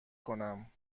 کنم